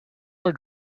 are